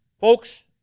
Folks